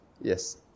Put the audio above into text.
Yes